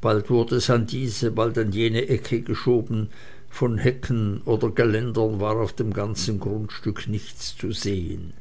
bald wurde es an diese bald an jene ecke geschoben von hecken oder geländern war auf dem ganzen grundstück nichts zu sehen